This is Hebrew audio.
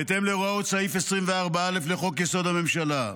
בהתאם להוראות סעיף 24א לחוק-יסוד: הממשלה.